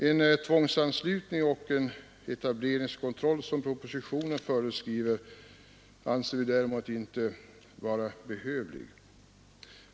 En tvångsanslutning och en etableringskontroll, som propositionen föreskriver, anser vi däremot inte vara behövlig.